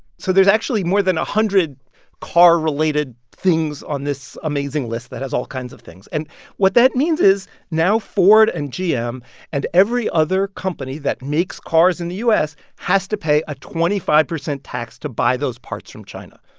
so there's actually more than a hundred car-related things on this amazing list that has all kinds of things. and what that means is now ford and gm and every other company that makes cars in the u s. has to pay a twenty five percent tax to buy those parts from china,